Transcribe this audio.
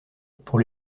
pour